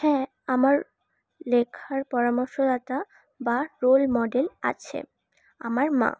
হ্যাঁ আমার লেখার পরামর্শদাতা বা রোল মডেল আছে আমার মা